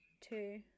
Two